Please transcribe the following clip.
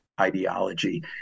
ideology